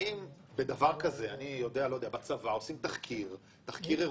האם בדבר כזה אני יודע שבצבא עושים תחקיר אירוע,